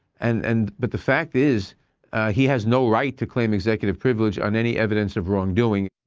and and but the fact is he has no right to claim executive privilege on any evidence of wrong doing.